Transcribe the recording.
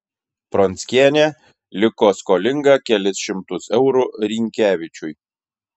pronckienė liko skolinga kelis šimtus eurų rynkevičiui